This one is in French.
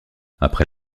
après